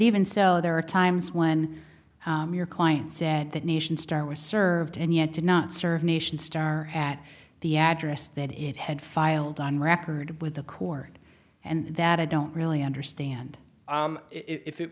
even so there are times when your client said that nation star was served and yet did not serve nation star at the address that it had filed on record with the court and that i don't really understand if it